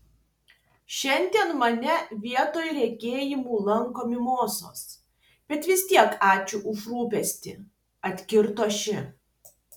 šiandien mane vietoj regėjimų lanko mimozos bet vis tiek ačiū už rūpestį atkirto ši